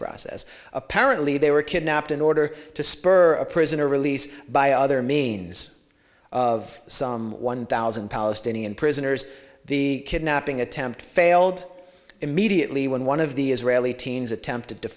process apparently they were kidnapped in order to spur a prisoner release by other means of some one thousand palestinian prisoners the kidnapping attempt failed immediately when one of the israeli teens attempted to